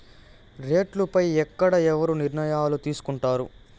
రేట్లు పై ఎక్కడ ఎవరు నిర్ణయాలు తీసుకొంటారు?